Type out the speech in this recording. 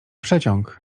przeciąg